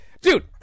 Dude